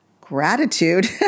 gratitude